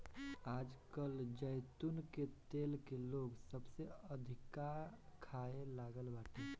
आजकल जैतून के तेल के लोग सबसे अधिका खाए लागल बाटे